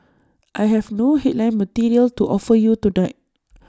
I have no headline material to offer you tonight